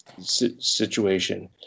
situation